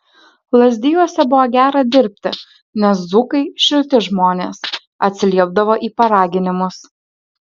lazdijuose buvo gera dirbti nes dzūkai šilti žmonės atsiliepdavo į paraginimus